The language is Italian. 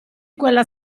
quella